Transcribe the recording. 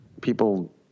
people